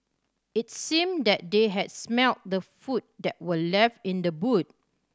its seemed that they had smelt the food that were left in the boot